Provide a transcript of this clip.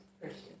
Christian